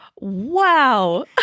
Wow